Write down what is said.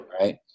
right